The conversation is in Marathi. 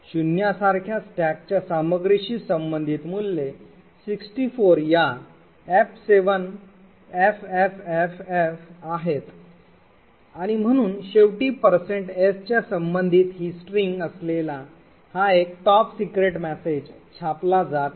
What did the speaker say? शून्यासारख्या स्टॅकच्या सामग्रीशी संबंधित मूल्ये 64 या f7ffff आहेत आणि म्हणून शेवटी s च्या संबंधित ही स्ट्रिंग असेल हा एक top secret message छापला जात आहे